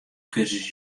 kursus